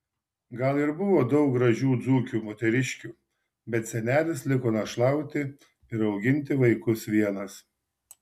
gal ir buvo daug gražių dzūkių moteriškių bet senelis liko našlauti ir auginti vaikus vienas